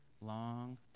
long